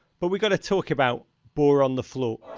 but we gotta talk about boar on the floor.